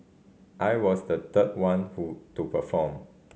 I was the third one to to perform